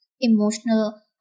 emotional